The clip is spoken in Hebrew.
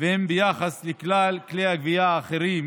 והן ביחס לכלל כלי הגבייה האחרים